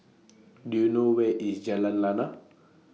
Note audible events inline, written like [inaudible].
[noise] Do YOU know Where IS Jalan Lana